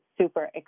super